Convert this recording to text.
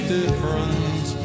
different